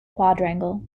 quadrangle